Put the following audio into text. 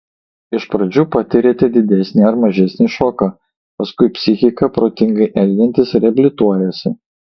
iš pradžių patiriate didesnį ar mažesnį šoką paskui psichika protingai elgiantis reabilituojasi